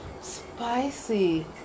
spicy